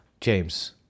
James